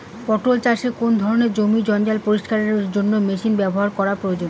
পাট চাষে কোন ধরনের জমির জঞ্জাল পরিষ্কারের জন্য মেশিন ব্যবহার করা প্রয়োজন?